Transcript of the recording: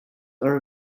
are